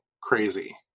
crazy